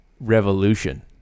Revolution